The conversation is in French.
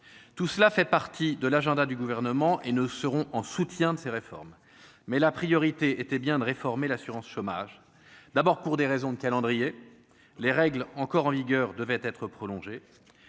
tout cela fait partie de l'agenda du gouvernement et ne seront en soutien de ces réformes, mais la priorité était bien de réformer l'assurance chômage, d'abord pour des raisons de calendrier, les règles encore en vigueur, devait être prolongée,